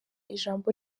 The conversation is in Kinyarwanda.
ijambo